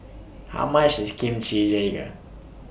How much IS Kimchi Jjigae